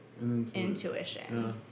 Intuition